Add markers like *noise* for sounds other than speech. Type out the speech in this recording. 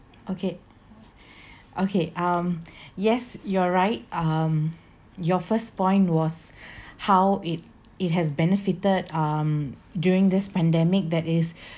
okay *breath* okay um yes you are right um your first point was *breath* how it it has benefited um during this pandemic that is